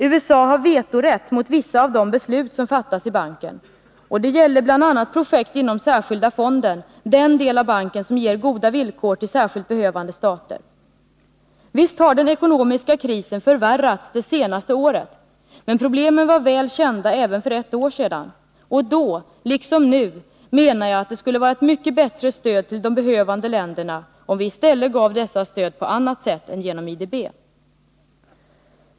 USA har vetorätt när det gäller vissa av de beslut som fattas i banken, och det gäller bl.a. projekt inom särskilda fonden, den del av banken som ger goda villkor till särskilt behövande stater. Visst har den ekonomiska krisen förvärrats under de senaste åren, men problemen var väl kända även för ett år sedan. Jag ansåg då och gör det fortfarande att vi bättre skulle stödja de behövande länderna om vi gjorde det på annat sätt än genom IDB.